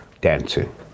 dancing